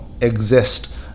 exist